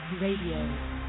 Radio